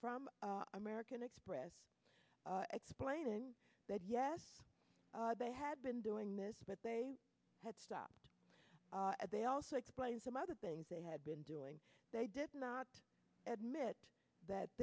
from american express explaining that yes they had been doing this but they had stopped they also explained some other things they had been doing they did not admit that